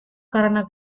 karena